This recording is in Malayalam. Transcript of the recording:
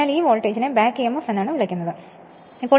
അതിനാൽ ഈ വോൾട്ടേജിനെ ബാക്ക് emf എന്ന് വിളിക്കുന്നത് പതിവാണ്